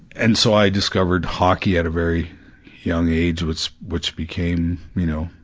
and so, i discovered hockey at a very young age which, which became you know,